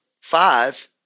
five